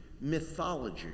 mythology